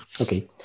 Okay